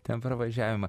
ten pravažiavimą